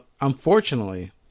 unfortunately